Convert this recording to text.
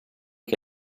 che